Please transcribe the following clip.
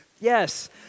Yes